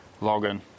login